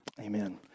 amen